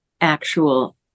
actual